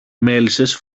μέλισσες